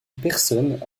personnes